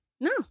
No